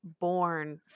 born